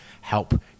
help